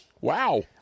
wow